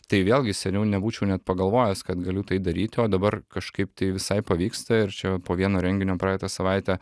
tai vėlgi seniau nebūčiau net pagalvojęs kad galiu tai daryti dabar kažkaip tai visai pavyksta ir čia po vieno renginio praeitą savaitę